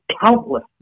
countless